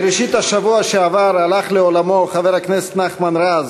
בראשית השבוע שעבר הלך לעולמו חבר הכנסת נחמן רז,